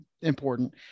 important